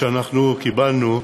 כשאנחנו קיבלנו,